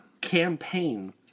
campaign